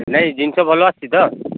ନାଇଁ ଜିନିଷ ଭଲ ଆସିଛି ତ